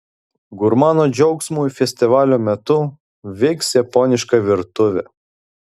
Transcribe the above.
gurmanų džiaugsmui festivalio metu veiks japoniška virtuvė